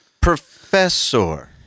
professor